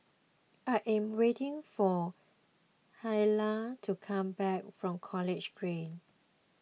I am waiting for Hilah to come back from College Green